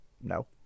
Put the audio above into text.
No